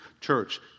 church